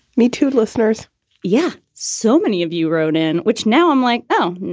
me, too. listeners yeah. so many of you wrote in which now i'm like, oh,